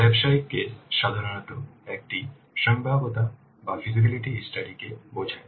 ব্যবসায়িক কেস সাধারণত একটি সম্ভাব্যতা অধ্যয়ন কে বোঝায়